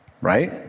right